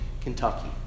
Kentucky